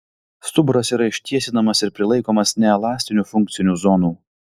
stuburas yra ištiesinamas ir prilaikomas neelastinių funkcinių zonų